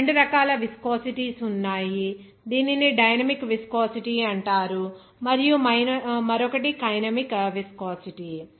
ఇప్పుడు 2 రకాల విస్కోసిటీస్ ఉన్నాయి దీనిని డైనమిక్ విస్కోసిటీ అంటారు మరియు మరొకటి కైనమాటిక్ విస్కోసిటీ